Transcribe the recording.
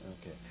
Okay